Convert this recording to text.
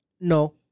No